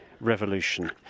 revolution